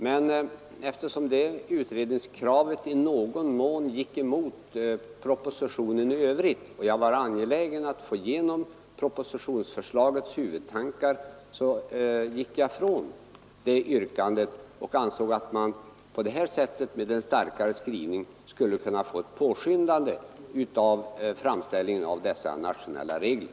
Men eftersom det utredningskravet i någon mån gick emot propositionen i övrigt — och jag var angelägen att få igenom propositionsförslagets huvudtankar — frångick jag det yrkandet och ansåg att man på detta sätt med en starkare skrivning skulle kunna påskynda framställningen av dessa nationella regler.